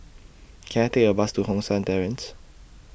Can I Take A Bus to Hong San Terrace